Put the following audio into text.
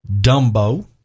Dumbo